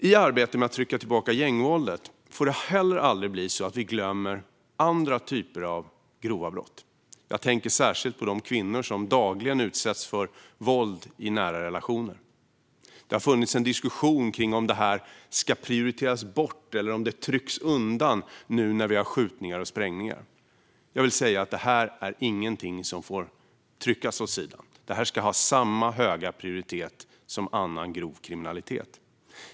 I arbetet med att trycka tillbaka gängvåldet får vi aldrig glömma andra typer av grova brott. Jag tänker särskilt på de kvinnor som dagligen utsätts för våld i nära relationer. Det har funnits en diskussion kring om detta ska prioriteras bort eller om det trycks undan nu när vi har skjutningar och sprängningar att hantera. Jag vill säga att detta inte är något som får tryckas åt sidan. Det ska ha samma höga prioritet som annan grov kriminalitet.